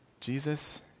Jesus